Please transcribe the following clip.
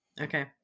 Okay